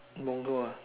punggol ah